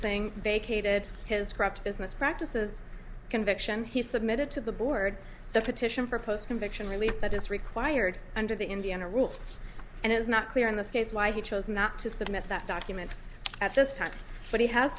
singh vacated his corrupt business practices conviction he submitted to the board the petition for post conviction relief that is required under the indiana rules and it is not clear in this case why he chose not to submit that document at this time but he has